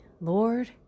Lord